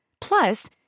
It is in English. Plus